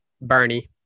Bernie